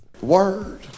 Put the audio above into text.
Word